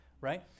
right